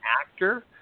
actor